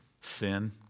Sin